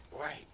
right